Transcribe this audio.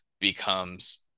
becomes